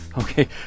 Okay